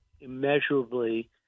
immeasurably